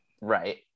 right